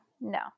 no